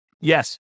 Yes